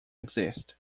exist